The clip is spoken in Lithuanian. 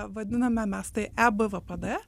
vadiname mes tai ebvpd